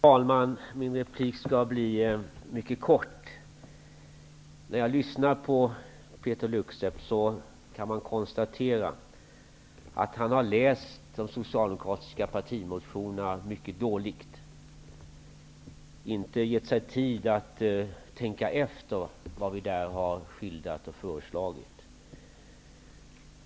Fru talman! Helt kort. När jag lyssnar på Peeter Luksep konstaterar jag att han har läst de socialdemokratiska partimotionerna mycket dåligt. Han har inte gett sig tid att reflektera över det som vi har skildrat och föreslagit.